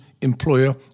employer